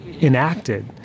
enacted